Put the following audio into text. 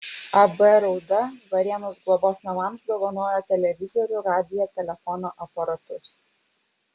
ab rauda varėnos globos namams dovanojo televizorių radiją telefono aparatus